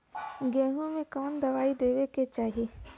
गेहूँ मे कवन दवाई देवे के चाही?